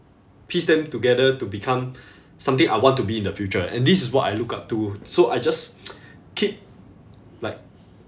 piece them together to become something I want to be in the future and this is what I look up to so I just keep like